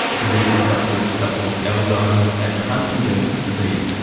diseases such as such as alzheimer's and huntingdon's disease,